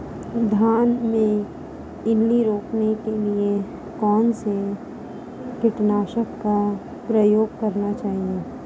धान में इल्ली रोकने के लिए कौनसे कीटनाशक का प्रयोग करना चाहिए?